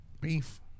beef